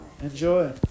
enjoy